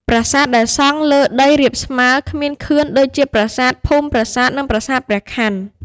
ប្រាសាទដែលសង់លើដីរាបស្មើ គ្មានខឿន ដូចជាប្រាសាទភូមិប្រាសាទ និងប្រាសាទព្រះខាន់។